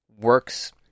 works